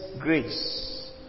grace